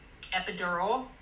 epidural